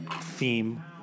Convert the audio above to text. theme